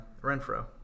Renfro